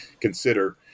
consider